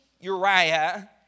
Uriah